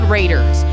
Raiders